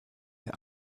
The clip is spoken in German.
der